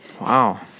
Wow